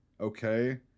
Okay